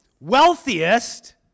wealthiest